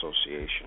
Association